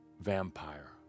vampire